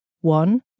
One